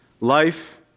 life